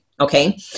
Okay